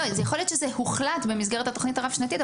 יכול להיות שזה הוחלט במסגרת התןכנית הרב-שנתית,